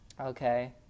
okay